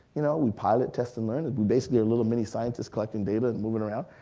you know we pilot test and learn, and basically are little mini scientists collecting data and moving around.